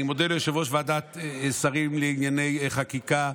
אני מודה ליושב-ראש ועדת שרים לענייני חקיקה,